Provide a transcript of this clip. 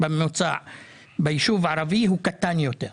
בממוצע ביישוב הערבי הוא קטן יותר.